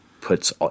puts